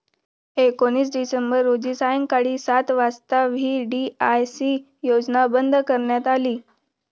एकोणीस डिसेंबर रोजी सायंकाळी सात वाजता व्ही.डी.आय.सी योजना बंद करण्यात आली